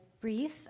brief